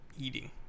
eating